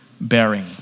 bearing